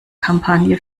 kampagne